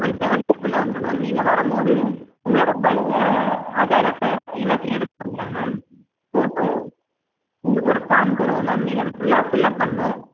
ஒரு செவன் டேஸ்க்குள்ளே வந்துரும் மேம் நீங்கள் வரும்போது உங்களோட பழைய ஆதார் அட்டை எல்லாத்தையும் எடுத்துகிட்டு வந்துருங்க மேம் ஃபோட்டோ உங்களுக்கு ஒரு ஃபார்ம் தருவோம் மேம் நீங்கள் அதை ஃபுல்லாக ஃபில்லப் பண்ணும்